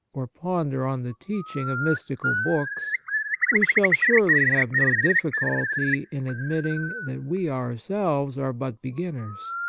or ponder on the teaching of mystical books we shall surely have no difhculty in admitting that we ourselves are but be ginners,